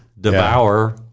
devour